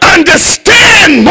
Understand